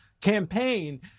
campaign